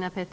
det här.